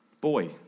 boy